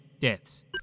deaths